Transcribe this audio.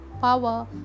power